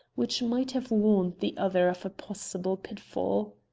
which might have warned the other of a possible pitfall.